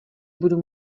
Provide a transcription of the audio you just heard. budu